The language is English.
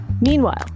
Meanwhile